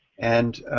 and